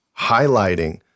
highlighting